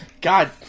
God